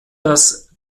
das